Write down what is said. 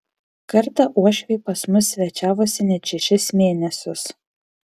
kartą uošviai pas mus svečiavosi net šešis mėnesius